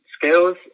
Skills